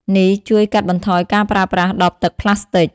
នេះជួយកាត់បន្ថយការប្រើប្រាស់ដបទឹកប្លាស្ទិក។